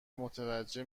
متوجه